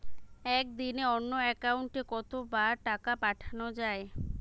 একদিনে অন্য একাউন্টে কত বার টাকা পাঠানো য়ায়?